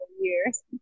years